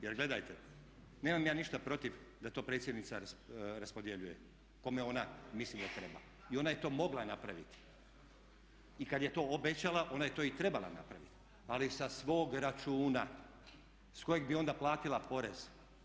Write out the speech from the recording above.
Jer gledajte nemam ja ništa protiv da to predsjednica raspodjeljuje kome ona misli da treba i ona je to mogla napraviti, i kad je to obećala ona je to i trebala napraviti ali sa svog računa s kojeg bi onda platila porez.